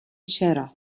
چرا